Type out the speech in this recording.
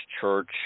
Church